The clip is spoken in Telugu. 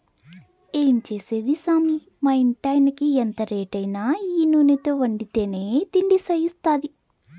ఏం చేసేది సామీ మా ఇంటాయినకి ఎంత రేటైనా ఈ నూనెతో వండితేనే తిండి సయిత్తాది